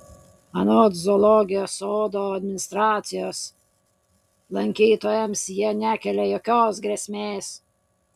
anot zoologijos sodo administracijos lankytojams jie nekelia jokios grėsmės